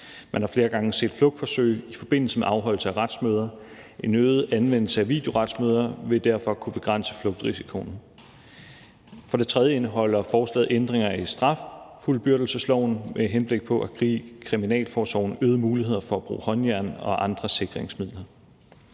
Man har flere gange set flugtforsøg i forbindelse med afholdelse af retsmøder. En øget anvendelse af videoretsmøder vil derfor kunne begrænse flugtrisikoen. For det tredje indeholder forslaget ændringer af straffuldbyrdelsesloven med henblik på at give kriminalforsorgen øgede muligheder for at bruge håndjern og andre sikringsmidler.